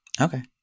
Okay